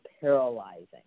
paralyzing